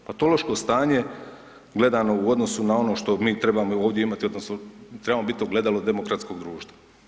Patološko stanje gledano u odnosu na ono što mi trebamo ovdje imati odnosno trebamo bit ogledalo demokratskog društva.